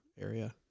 area